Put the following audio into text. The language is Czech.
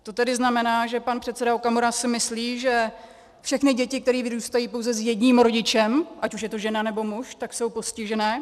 To tedy znamená, že pan předseda Okamura si myslí, že všechny děti, které vyrůstají pouze s jedním rodičem, ať už je to žena, nebo muž, tak jsou postižené.